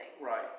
Right